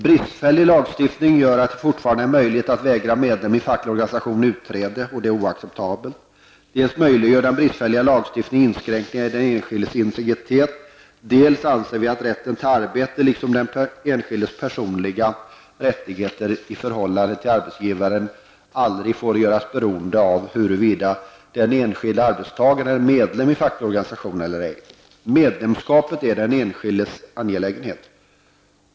Brister i lagstiftningen gör att det fortfarande är möjligt att vägra en medlem i en facklig organisation utträde. Det är oacceptabelt. Dels möjliggör den bristfälliga lagstiftningen inskränkningar i den enskildes intregritet, dels anser vi att rätten till arbete, liksom den enskildes personliga rättigheter i förhållande till arbetsgivaren, aldrig får göras beroende av huruvida den enskilde arbetstagaren är medlem i en facklig organisation eller ej. Medlemskapet är den enskildes angelägenhet.